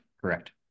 correct